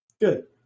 Good